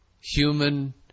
human